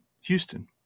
Houston